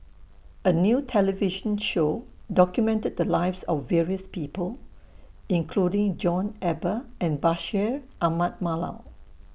A New television Show documented The Lives of various People including John Eber and Bashir Ahmad Mallal